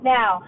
Now